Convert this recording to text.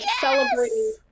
celebrating